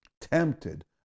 tempted